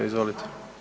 Izvolite.